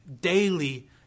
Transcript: daily